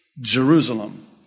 Jerusalem